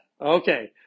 okay